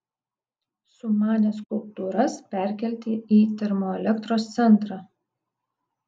sumanė skulptūras perkelti į termoelektros centrą